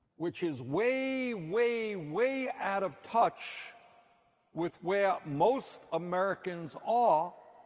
which is way, way, way out of touch with where most americans are,